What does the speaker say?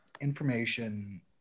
information